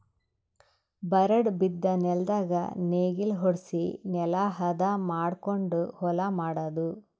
ಬರಡ್ ಬಿದ್ದ ನೆಲ್ದಾಗ ನೇಗಿಲ ಹೊಡ್ಸಿ ನೆಲಾ ಹದ ಮಾಡಕೊಂಡು ಹೊಲಾ ಮಾಡದು